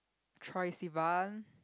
Troy-Sivan